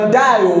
die